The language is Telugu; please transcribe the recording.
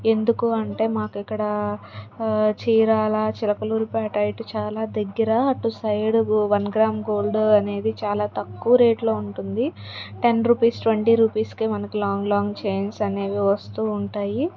ఎందుకూ అంటే మాకిక్కడ చీరాల చిలకలూరుపేట ఇటు చాలా దగ్గర అటు సైడు గో వన్ గ్రామ్ గోల్డ్ అనేది చాలా తక్కువ రేట్లో ఉంటుంది టెన్ రుపీస్ ట్వంటీ రుపీస్కే మనకి లాంగ్ లాంగ్ చెయిన్స్ అనేవి వస్తూ ఉంటాయి